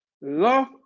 Love